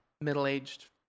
middle-aged